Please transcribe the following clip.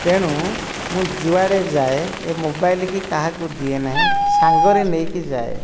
ତେଣୁ ମୁଁ ଯୁଆଡ଼େ ଯାଏ ଏ ମୋବାଇଲ କାହାକୁ ଦିଏ ନାହିଁ ସାଙ୍ଗରେ ନେଇକି ଯାଏ